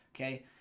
Okay